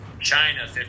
China